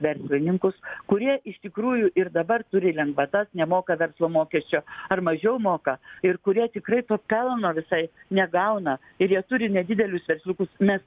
verslininkus kurie iš tikrųjų ir dabar turi lengvatas nemoka verslo mokesčio ar mažiau moka ir kurie tikrai to pelno visai negauna ir jie turi nedidelius versliukus mes